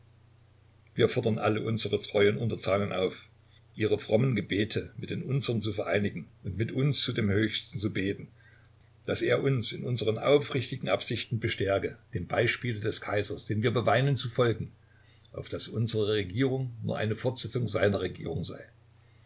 wir fordern alle unsere treuen untertanen auf ihre frommen gebete mit den unsern zu vereinen und mit uns zu dem höchsten zu beten daß er uns in unseren aufrichtigen absichten bestärke dem beispiele des kaisers den wir beweinen zu folgen auf daß unsere regierung nur eine fortsetzung seiner regierung sei